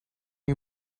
you